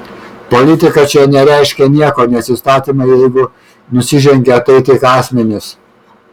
politika čia nereiškia nieko nes įstatymui jeigu nusižengė tai tik asmenys